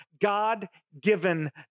God-given